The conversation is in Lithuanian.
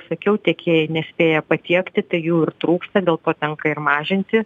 sakiau tiekėjai nespėja patiekti tai jų ir trūksta dėl to tenka ir mažinti